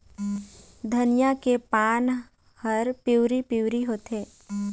धनिया के पान हर पिवरी पीवरी होवथे?